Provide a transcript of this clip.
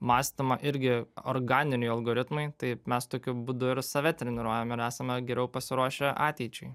mąstymą irgi organiniai algoritmai tai mes tokiu būdu ir save treniruojame ir esame geriau pasiruošę ateičiai